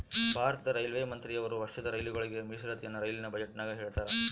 ಭಾರತದ ರೈಲ್ವೆ ಮಂತ್ರಿಯವರು ವರ್ಷದ ರೈಲುಗಳಿಗೆ ಮೀಸಲಾತಿಯನ್ನ ರೈಲಿನ ಬಜೆಟಿನಗ ಹೇಳ್ತಾರಾ